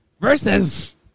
Versus